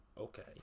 okay